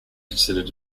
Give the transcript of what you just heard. considered